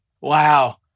wow